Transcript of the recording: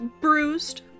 bruised